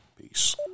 Peace